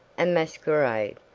a masquerade,